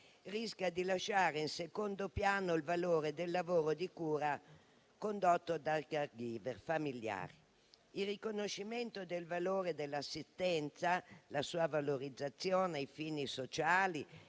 rischia di lasciare in secondo piano il valore del lavoro di cura condotto dai *caregiver* familiari. Il riconoscimento del valore dell'assistenza e la sua valorizzazione ai fini sociali,